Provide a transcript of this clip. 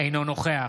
אינו נוכח